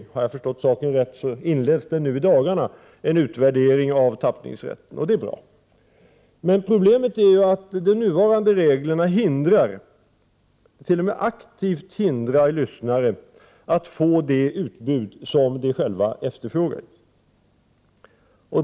Om jag har förstått detta på ett riktigt sätt inleds i dagarna en utvärdering av tappningsrätten, vilket är bra. Problemet är emellertid att de nuvarande reglerna aktivt hindrar lyssnare att få det utbud som de själva efterfrågar.